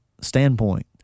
standpoint